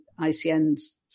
ICN's